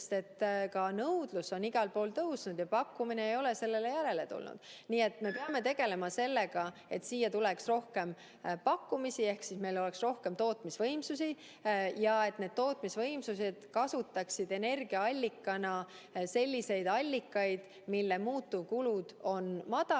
Sest ka nõudlus on igal pool tõusnud ja pakkumine ei ole sellele järele tulnud. Nii et me peame tegelema sellega, et siia tuleks rohkem pakkumisi ehk meil oleks rohkem tootmisvõimsusi ja et need tootmisvõimsused kasutaksid energiaallikana selliseid allikaid, mille muutuvkulud on madalad